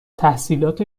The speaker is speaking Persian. تحصیلات